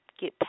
get